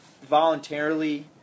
voluntarily